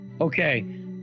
Okay